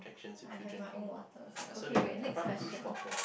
I have my own water also okay wait next question